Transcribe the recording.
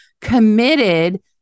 committed